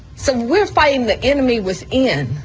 so we're fighting the enemy was in.